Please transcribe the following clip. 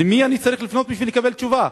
למי אני צריך לפנות בשביל לקבל תשובה?